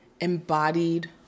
embodied